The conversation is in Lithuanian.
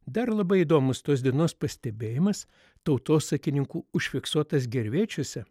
dar labai įdomus tos dienos pastebėjimas tautosakininkų užfiksuotas gervėčiuose